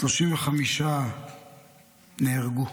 35 נהרגו.